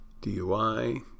DUI